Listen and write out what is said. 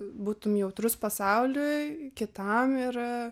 būtum jautrus pasauliui kitam ir